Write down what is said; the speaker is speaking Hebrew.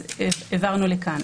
העברנו לכאן.